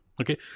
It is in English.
Okay